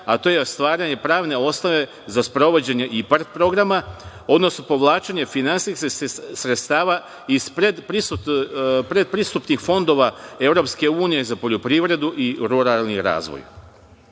a to je stvaranje pravne osnove za sprovođenje IPARD programa, odnosno povlačenje finansijskih sredstva iz pretpristupnih fondova EU za poljoprivredu i ruralni